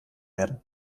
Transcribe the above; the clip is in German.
werden